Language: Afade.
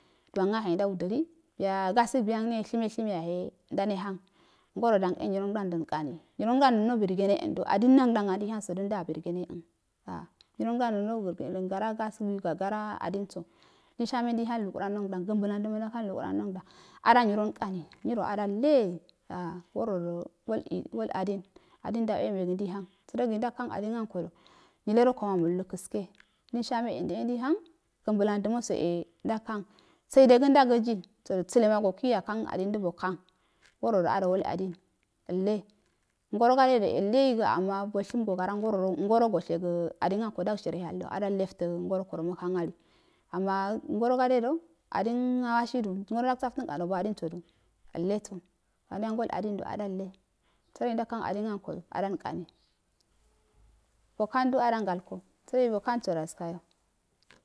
Duamgahe ndau dili biyu gasuguiyangne shime shime yahe ndane hang ngoro dom e nyiron gdomdoinkari nyirongdan no noburgene ando adalin angdan ndeihomsoda abu egene əna nuyrong dan no burgene ən gera gasugui gara adainso lin shame dee han lukuran nonghan gən blandəmo damha lukwan nongdan ada nywankini nyiro adalle a woro do wale woladin adin ndauwe magə ndeihang sərogi ndau han adin ankodɔ nyile rokoma məi lu kəske lenshame ə ndeuwe nchei han gən blan wo e ndanghan seide gəndagəji sodu səlema gokigi ya hang adindo boghang worodo a wal adin alle ngorogadedo əlle yigə ama balshimgo ga ra ngoorodo goshegə adin a wasidu ngoro ndau saflanka nobo adim sɛdu əlleso biyu ngol adindu adalle sərogi ndag hang adin anko adalnkani boghando a da ngalko boghan bodal skayo,